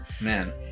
man